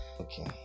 okay